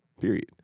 period